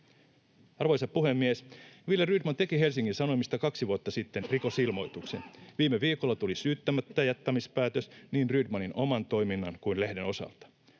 Arvoisa puhemies! Wille Rydman teki Helsingin Sanomista kaksi vuotta sitten rikosilmoituksen. Viime viikolla tuli syyttämättäjättämispäätös niin Rydmanin oman toiminnan kuin lehden osalta.